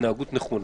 התנהגות נכונה.